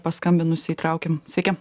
paskambinusį įtraukim sveiki